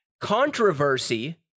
controversy